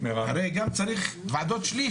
הרי גם צריך ועדות שליש.